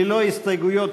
ללא הסתייגויות,